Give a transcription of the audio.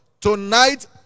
tonight